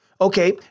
Okay